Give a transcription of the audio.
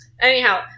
Anyhow